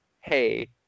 hey